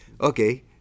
Okay